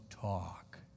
talk